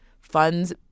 funds